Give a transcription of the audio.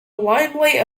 limelight